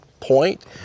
point